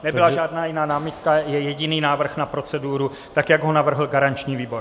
Nebyla žádná jiná námitka, je jediný návrh na proceduru, jak ho navrhl garanční výbor.